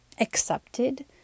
accepted